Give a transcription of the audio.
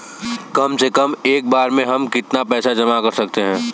कम से कम एक बार में हम कितना पैसा जमा कर सकते हैं?